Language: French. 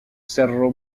cerro